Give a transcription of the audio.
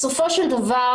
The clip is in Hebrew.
בסופו של דבר,